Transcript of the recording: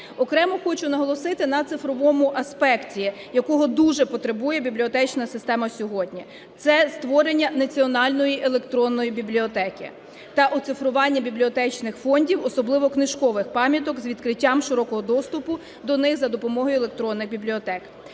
Окремо хочу наголосити на цифровому аспекті, якого дуже потребує бібліотечна система сьогодні. Це створення національної електронної бібліотеки та оцифрування бібліотечних фондів, особливо книжкових пам'яток, з відкриттям широкого доступу до них за допомогою електронних бібліотек.